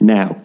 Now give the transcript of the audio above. Now